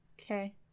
Okay